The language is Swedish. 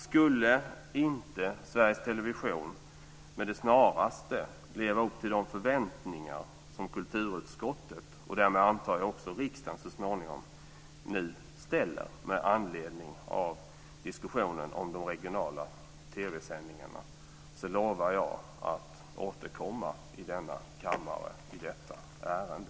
Skulle inte Sveriges Television med det snaraste leva upp till de förväntningar som kulturutskottet - och därmed så småningom också riksdagen, antar jag - nu ställer med anledning av diskussionen om de regionala TV-sändningarna lovar jag att återkomma i denna kammare i detta ärende.